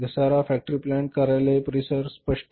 घसारा factory plant कार्यालय परिसर स्पष्ट